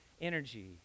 energy